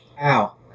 Ow